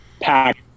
pack